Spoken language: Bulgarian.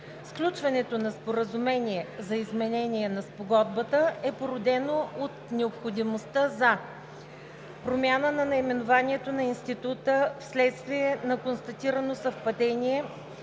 Сключването на Споразумение за изменение на Спогодбата е породено от необходимостта за: - промяна на наименованието на Института вследствие на констатирано съвпадение